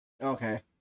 Okay